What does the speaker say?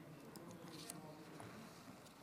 כבוד היושב-ראש,